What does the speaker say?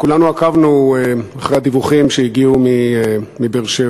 כולנו עקבנו אחרי הדיווחים שהגיעו מבאר-שבע.